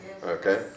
Okay